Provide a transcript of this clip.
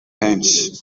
henshi